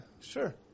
sure